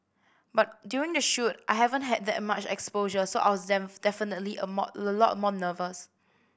but during the shoot I haven't had that much exposure so I was definitely a more a lot more nervous